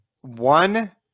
one